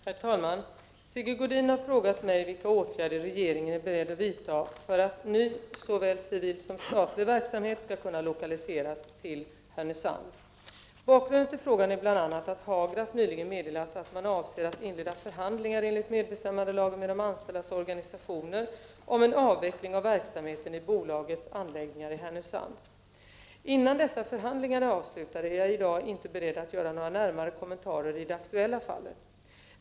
Herr talman! Sigge Godin har frågat mig vilka åtgärder regeringen är beredd att vidta för att ny såväl civil som statlig verksamhet skall kunna lokaliseras till Härnösand. Bakgrunden till frågan är bl.a. att Hagraf nyligen meddelat att man avser att inleda förhandlingar enligt medbestämmandelagen med de anställdas organisationer om en avveckling av verksamheten i bolagets anläggningar i Härnösand. Innan dessa förhandlingar är avslutade är jag i dag inte beredd att göra några närmare kommentarer i det aktuella fallet.